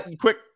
quick